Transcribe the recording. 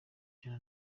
ijana